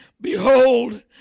Behold